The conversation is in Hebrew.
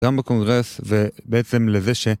גם בקונגרס ובעצם לזה ש...